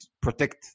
protect